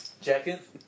jacket